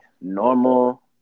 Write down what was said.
normal